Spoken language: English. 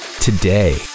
today